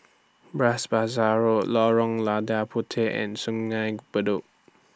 Bras Basah Road Lorong Lada Puteh and Sungei Bedok